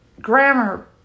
grammar